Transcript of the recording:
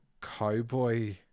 cowboy